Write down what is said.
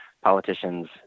politicians